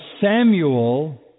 Samuel